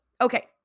Okay